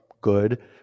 Good